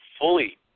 fully